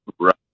Right